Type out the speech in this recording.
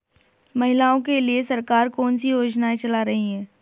महिलाओं के लिए सरकार कौन सी योजनाएं चला रही है?